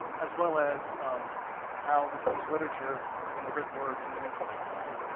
as well as um how we can use literature and the written word to manipulate time.